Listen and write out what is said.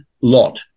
Lot